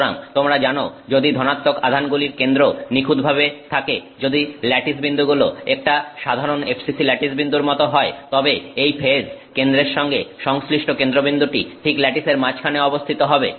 সুতরাং তোমরা জানো যদি ধনাত্মক আধানগুলির কেন্দ্র নিখুঁতভাবে থাকে যদি ল্যাটিস বিন্দুগুলো একটা সাধারণ FCC ল্যাটিস বিন্দুর মত হয় তবে এই ফেজ কেন্দ্রের সঙ্গে সংশ্লিষ্ট কেন্দ্রবিন্দুটি ঠিক ল্যাটিসের মাঝখানে অবস্থিত হবে